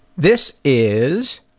this is